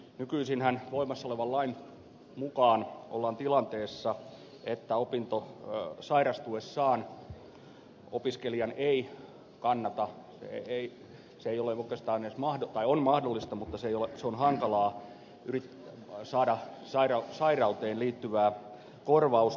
nykyisinhän voimassa olevan lain mukaan ollaan tilanteessa että sairastuessaan opiskelijan ei kannata se on mahdollista mutta hankalaa yrittää saada sairauteen liittyvää korvausta